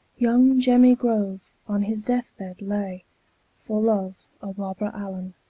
young jemmy grove on his death-bed lay for love o' barbara allen.